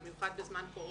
במיוחד בזמן קורונה,